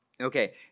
Okay